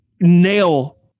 nail